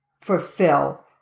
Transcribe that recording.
fulfill